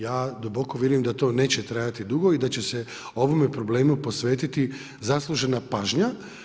Ja duboko vjerujem da to neće trajati dugo i da će se ovome problemu posvetiti zaslužena pažnja.